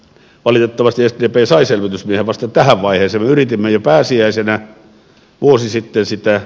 valitettavasti sdp sai selvitysmiehen vasta tähän vaiheeseen me yritimme jo pääsiäisenä vuosi sitten sitä